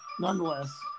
Nonetheless